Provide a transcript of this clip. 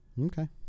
Okay